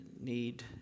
need